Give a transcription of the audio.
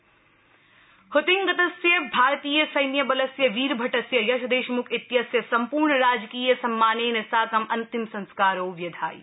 army मस्ति हुतिङ्गतस्य भारतीय स्थि बलस्य वीरभटस्य यश देशमुख इत्यस्य सम्पूर्ण राजकीय सम्मानेन साकं अन्तिम संस्कारो व्यधायि